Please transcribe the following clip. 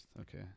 Okay